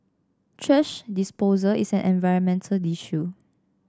thrash disposal is an environmental issue